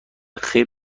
خیر